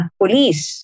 police